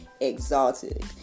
exalted